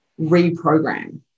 reprogram